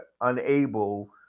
unable